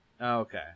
okay